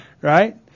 right